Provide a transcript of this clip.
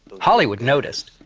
hollywood noticed,